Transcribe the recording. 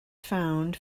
found